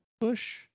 push